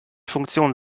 funktion